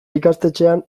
ikastetxean